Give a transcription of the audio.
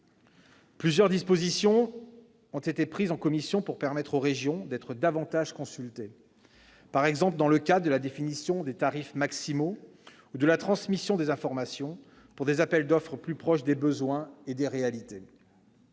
Plusieurs dispositions ont été adoptées en commission pour permettre aux régions d'être davantage consultées, par exemple dans le cas de la définition des tarifs maximaux ou de la transmission des informations, pour des appels d'offres plus proches des besoins et des réalités.